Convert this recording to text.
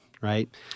right